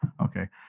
Okay